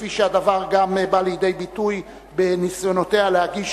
כפי שהדבר גם בא לידי ביטוי בניסיונותיה להגיש